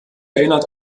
erinnert